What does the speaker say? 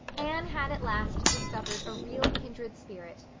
anne had at last discovered a real kindred spirit,